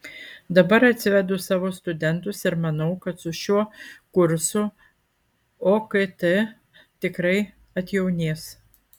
dabar atsivedu savo studentus ir manau kad su šiuo kursu okt tikrai atjaunės